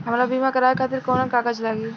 हमरा बीमा करावे खातिर कोवन कागज लागी?